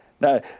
Now